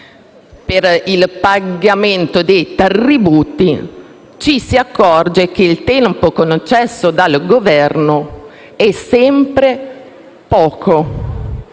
per il pagamento dei tributi, ci si accorge che il tempo concesso dal Governo è sempre poco.